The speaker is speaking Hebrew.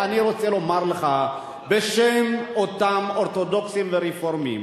אני רוצה לומר לך בשם אותם אורתודוקסים ורפורמים,